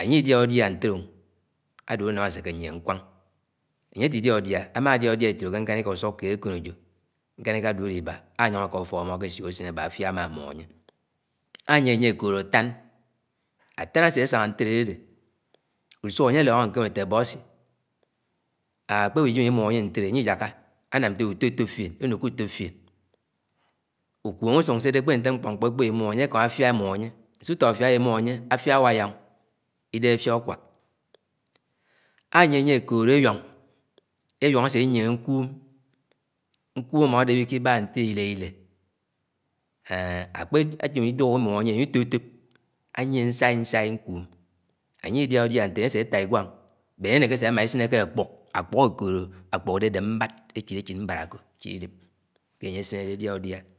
Añye idiaúdia ntéle adé únám aséké nkwang, añye tidiaudia, ámá adiaúdiá iturú ké nkániká úsuwéed ákónóejó, ñkánkã dúoibá añýong áhá ufọu ámó ákè siok ásiné baak áfia ama añũm añye. Añyic añye ékótó Átán. Átán ásésánga ntelédé, úsún anye álóngo ñkẽm áté ábóọasii aupéwi ijem imu̱m añye ntete añye ijálká atewu útótóp fun únukú útóp fun kpéwi imúm añye euámá áfia em̃úm añýe. Ñsútọ átia awimum ánýe áfiá áwáyá idehe afiá úkwak. Añyie añye ékoló enwiọng énwiong ñsé ãnyiene ñkuum, ñkúum, ñkuum amódé áwiluba ntete ileh-ileh ákpe jem imúm ámýe añye ánýe utóutóp, amýie ñsáiasái ñkúum, ánye ediaha údia ntete anye sé átá igúe, añeue ase ãmã isiné ké akpúk, ákpúk ádé mbàd, echid, echid m̃bád ilúm áñye asinédé ádiaudiá.